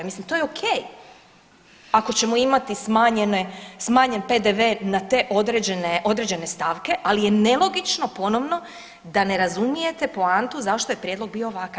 Mislim to je ok ako ćemo imati smanjen PDV na te određene stavke, ali je nelogično ponovno da ne razumijete poantu zašto je prijedlog bio ovakav.